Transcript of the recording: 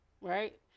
right